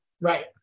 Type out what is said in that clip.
Right